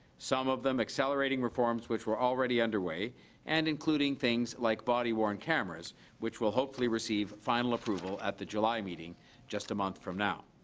some of them accelerating reforms which were already underway and including things like body worn cameras which will hopefully receive final approval at the july meeting just a month from now.